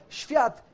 świat